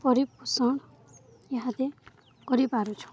ପରିପୋଷଣ ଇହାଦେ କରିପାରୁଛୁ